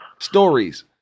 Stories